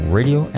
Radio